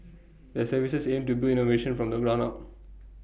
their services aim to build innovation from the ground up